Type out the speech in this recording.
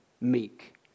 meek